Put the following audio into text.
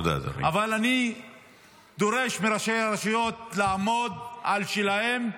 אני דורש מראשי הרשויות לעמוד על שלהם,